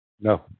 No